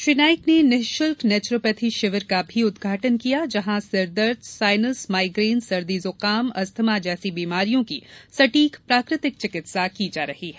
श्री नाइक ने निशुल्क नैचरोपैथी शिविर का भी उद्घाटन किया जहां सिरदर्द साईनस माईग्रेन सर्दी जुकाम अस्थमा जैसी बीमारियों की सटीक प्राकृतिक चिकित्सा की जा रही है